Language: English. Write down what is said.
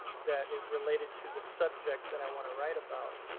that is related to the subject that i want to write about.